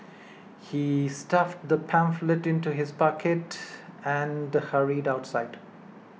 he stuffed the pamphlet into his pocket and hurried outside